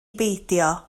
beidio